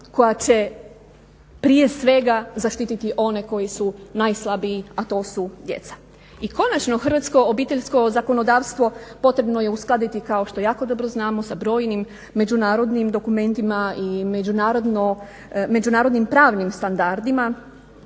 koja će prije svega zaštititi one koji su najslabiji a to su djeca. I konačno, hrvatsko obiteljsko zakonodavstvo potrebno je uskladiti kao što jako dobro znamo sa brojnim međunarodnim dokumentima i međunarodnim pravnim standardima.